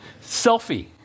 Selfie